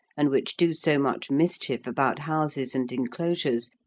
and which do so much mischief about houses and enclosures,